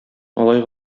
алай